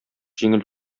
җиңел